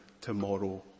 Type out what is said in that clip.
tomorrow